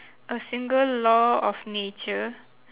a single law of nature